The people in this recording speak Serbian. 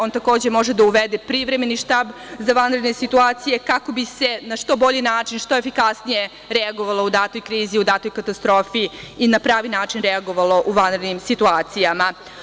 On, takođe, može da uvede privremeni štab za vanredne situacije, kako bi se na što bolji način, što efikasnije reagovalo u datoj krizi, u datoj katastrofi i na pravi način reagovalo u vanrednim situacijama.